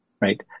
right